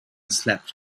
slept